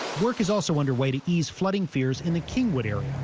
work is also underway to ease flooding fears in the kingwood area.